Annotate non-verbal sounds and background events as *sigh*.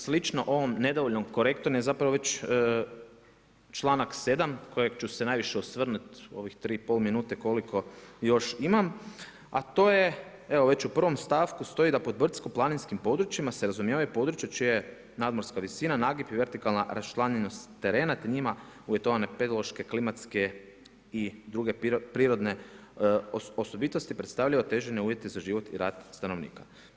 Slično ovom nedovoljnom ... *unintelligible* je zapravo već članak 7. u kojem ću se najviše osvrnuti u ovih 3,5 minute koliko još imam a to je evo već u prvom stavku stoji da pod brdsko planinskim područjima se razumijevaju područja čija je nadmorska visina, nagib i vertikalna raščlanjenost terena te njima uvjetovane pedološke, klimatske i druge prirodne osobitosti predstavljaju otežane uvjete za život i rad stanovnika.